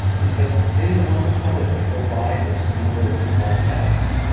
because they didn't want the public to go buy this limited supply of masks,